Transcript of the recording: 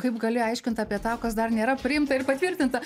kaip gali aiškint apie tą kas dar nėra priimta ir patvirtinta